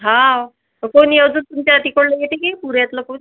हा कोणी अजून तुमच्या तिकडलं येते की पुढ्यातलं कोण